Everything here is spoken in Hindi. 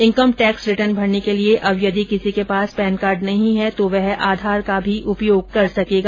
इन्कम टैक्स रिटर्न भरने के लिये अब यदि किसी के पास पैन कार्ड नहीं है तो वह आधार का भी उपयोग कर सकेगा